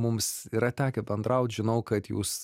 mums yra tekę bendraut žinau kad jūs